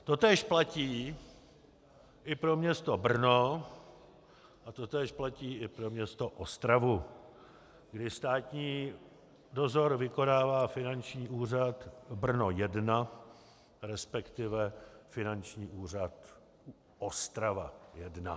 Totéž platí i pro město Brno a totéž platí i pro město Ostravu, kdy státní dozor vykonává Finanční úřad Brno 1 resp. Finanční úřad Ostrava 1.